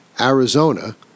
Arizona